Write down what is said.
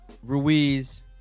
Ruiz